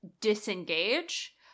disengage